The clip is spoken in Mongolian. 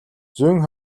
зүүн